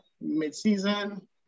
mid-season